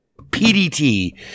PDT